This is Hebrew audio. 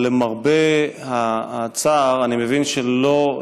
אבל למרבה הצער אני מבין שלא,